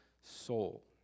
soul